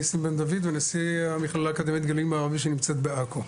נסים בן דוד ונשיא המכללה האקדמית גליל מערבית שנמצאת בעכו,